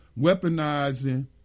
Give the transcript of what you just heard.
weaponizing